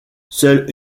seule